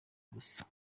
gusa